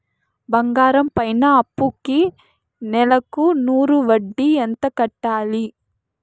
బంగారం పైన అప్పుకి నెలకు నూరు వడ్డీ ఎంత కట్టాలి?